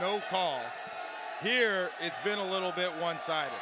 over here it's been a little bit one side